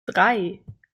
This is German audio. drei